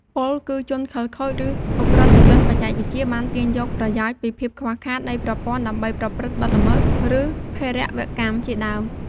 ពោលគឺ ជនខិលខូច ឬ ឧក្រិដ្ឋជនបច្ចេកវិទ្យា បាន ទាញយកប្រយោជន៍ពីភាពខ្វះខាត នៃប្រព័ន្ធ ដើម្បី ប្រព្រឹត្តបទល្មើស ឬ ភេរវកម្ម ជាដើម។